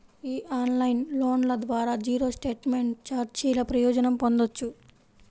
ఈ ఆన్లైన్ లోన్ల ద్వారా జీరో స్టేట్మెంట్ ఛార్జీల ప్రయోజనం పొందొచ్చు